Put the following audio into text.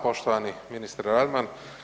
Poštovani ministre Radman.